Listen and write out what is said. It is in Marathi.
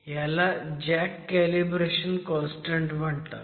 ह्याला जॅक कॅलिब्रेशन कॉन्स्टंट म्हणतात